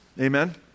Amen